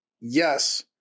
yes